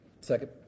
Second